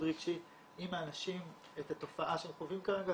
רגשי עם האנשים את התופעה שהם חווים כרגע,